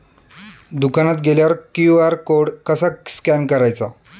दुकानात गेल्यावर QR code कसा स्कॅन करायचा?